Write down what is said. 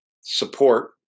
support